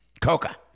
Coca